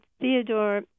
Theodore